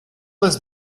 this